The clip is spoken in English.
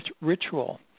ritual